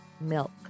milk